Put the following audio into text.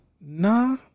Nah